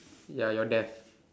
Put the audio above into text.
ya your death